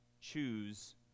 choose